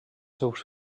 seus